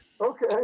Okay